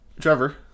Trevor